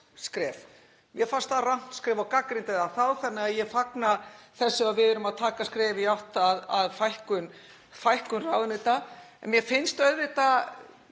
skref. Mér fannst það rangt skref og ég gagnrýndi það þá. Þannig að ég fagna þessu, að við séum að taka skref í átt að fækkun ráðuneyta. Mér finnst auðvitað